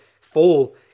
fall